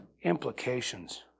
implications